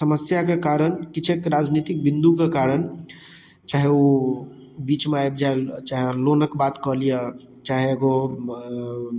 समस्या कऽ कारण किछेक राजनीतिक बिन्दु कऽ कारण चाहे ओ बीचमे आबि जाइ चाहे लोनक बात कऽ लिअ चाहे एगो